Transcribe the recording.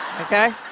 okay